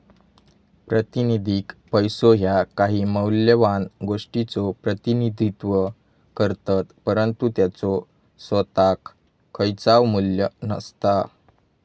प्रातिनिधिक पैसो ह्या काही मौल्यवान गोष्टीचो प्रतिनिधित्व करतत, परंतु त्याचो सोताक खयचाव मू्ल्य नसता